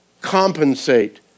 compensate